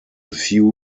few